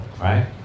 right